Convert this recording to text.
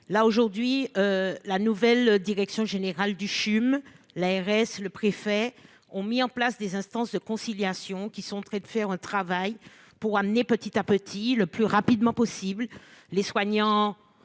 compliquées. La nouvelle direction générale du CHU de Martinique, l'ARS et le préfet ont mis en place des instances de conciliation, qui sont en train de faire un travail pour amener petit à petit, mais le plus rapidement possible, les soignants